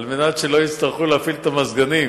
על מנת שלא יצטרכו להפעיל את המזגנים.